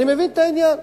אני מבין את העניין.